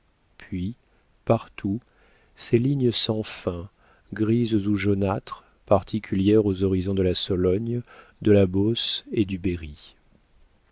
puis partout ces lignes sans fin grises ou jaunâtres particulières aux horizons de la sologne de la beauce et du berri